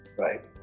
Right